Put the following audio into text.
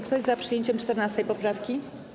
Kto jest za przyjęciem 14. poprawki?